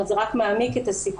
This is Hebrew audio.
זאת אומרת זה רק מעמיק את הסיכון,